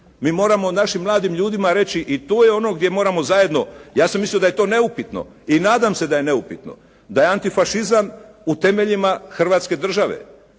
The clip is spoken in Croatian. Mi moramo našim mladim ljudima reći i tu je ono gdje moramo zajedno. Ja sam mislio da je to neupitno. I nadam se da je neupitno da je antifašizam u temeljima Hrvatske države,